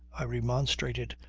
i remonstrated,